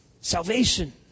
salvation